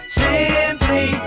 simply